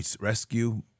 rescue